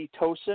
oxytocin